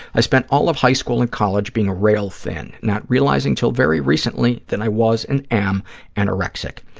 i spent all of high school and college being rail thin, not realizing until very recently that i was and am anorexic.